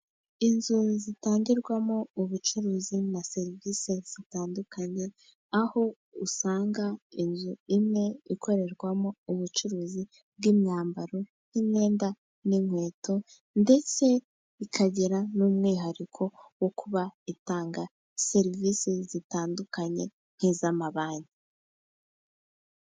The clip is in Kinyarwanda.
Inzu zitangirwamo ubucuruzi na serivisi zitandukanye, aho usanga inzu imwe ikorerwamo ubucuruzi bw'imyambaro y'imyenda n'inkweto, ndetse ikagira n'umwihariko wo kuba itanga serivisi zitandukanye nk'iz'amabanki.